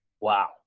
wow